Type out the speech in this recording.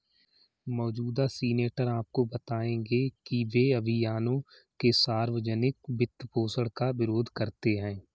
मौजूदा सीनेटर आपको बताएंगे कि वे अभियानों के सार्वजनिक वित्तपोषण का विरोध करते हैं